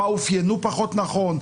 מה אופיינו פחות נכון,